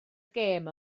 gêm